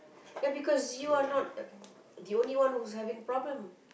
ya because you are not the only one who is having problem